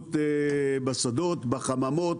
מהחקלאות בשדות, בחממות,